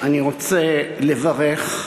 ירושלים,